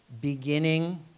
beginning